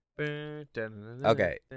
Okay